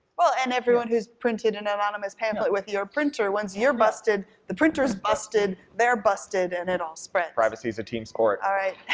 well, and everyone who's printed an anonymous pamphlet with your printer. once you're busted, the printer's busted, they're busted, and it all spreads. privacy's a team sport. alright.